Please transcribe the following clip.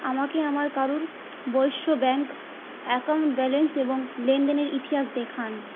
আমাকে আমার Karur Vysya bank account balance এবং লেনদেনের ইতিহাস দেখান